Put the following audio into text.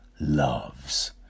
loves